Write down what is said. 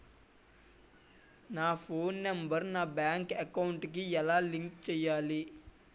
నా phone number నా bank account కి ఎలా లింక్ చేయాలి?